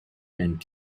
and